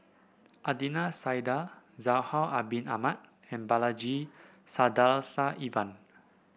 Adnan Saidi Zainal Abidin Ahmad and Balaji Sadasivan